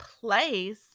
place